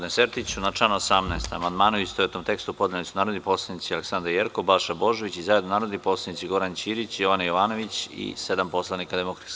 Na član 18. amandmane u istovetnom tekstu podneli su narodni poslanici Aleksandra Jerkov, Balša Božović i zajedno narodni poslanici Goran Ćirić, Jovana Jovanović i sedam poslanika DS.